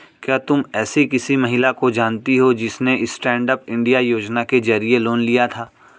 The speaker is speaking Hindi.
क्या तुम एसी किसी महिला को जानती हो जिसने स्टैन्डअप इंडिया योजना के जरिए लोन लिया था?